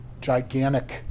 gigantic